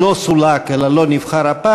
הוא לא סולק, אלא לא נבחר הפעם.